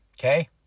Okay